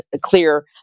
clear